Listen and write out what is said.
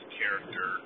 character